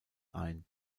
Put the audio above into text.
ein